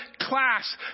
class